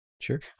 Sure